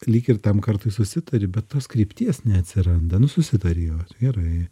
lyg ir tam kartui susitari bet tos krypties neatsiranda nu susitari jo gerai